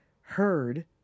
heard